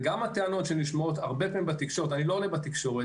וגם הטענות שנשמעות הרבה פעמים בתקשורת אני לא עונה בתקשורת